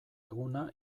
eguna